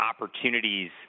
opportunities